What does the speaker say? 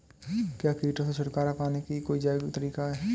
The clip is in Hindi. क्या कीटों से छुटकारा पाने का कोई जैविक तरीका है?